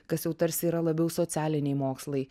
kas jau tarsi yra labiau socialiniai mokslai